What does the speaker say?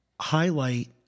highlight